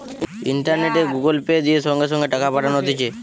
ইন্টারনেটে Google Pay, দিয়ে সঙ্গে সঙ্গে টাকা পাঠানো হতিছে